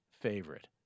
favorite